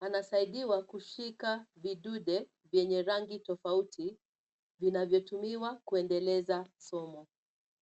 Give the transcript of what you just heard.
anasaidiwa kushika vidude vyenye rangi tofauti, vinavyotumiwa kuendeleza somo.